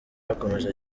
yakomeje